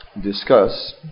discuss